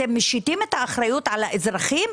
אתם משיתים את האחריות על האזרחים,